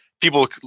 people